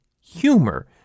humor